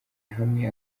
hamwe